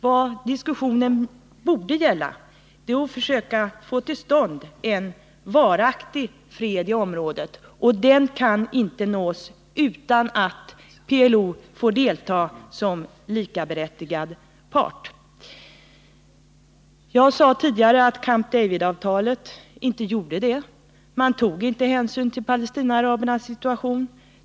Vad diskussionen borde gälla är att försöka få till stånd en varaktig fred i området. Den kan inte nås utan att PLO får delta som likaberättigad part. Jag sade tidigare att Camp David-avtalet inte bidrog till en lösning. Man tog inte hänsyn till Palestinaarabernas situation.